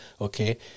okay